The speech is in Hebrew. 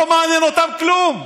לא מעניין אותם כלום.